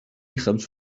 خمس